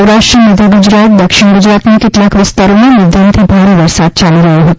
સૌરાષ્ટ્ર મધ્ય ગુજરાત દક્ષિણ ગુજરાતના કેટલાક વિસ્તારોમાં મધ્યમથી ભારે વરસાદ ચાલુ રહ્યો છે